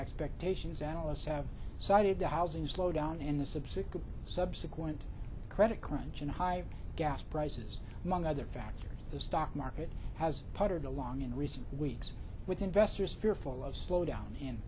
expectations analysts have cited the housing slowdown in the subsequent subsequent credit crunch and high gas prices among other factors the stock market has partnered along in recent weeks with investors fearful of slowdown